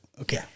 Okay